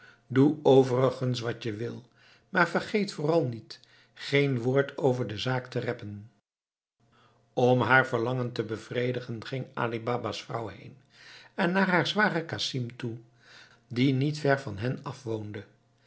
doe overigens wat je wil maar vergeet vooral niet geen woord over de zaak te reppen om haar verlangen te bevredigen ging ali baba's vrouw heen en naar haar zwager casim toe die niet ver van hen af woonde